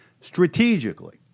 Strategically